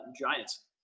Giants